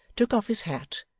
took off his hat,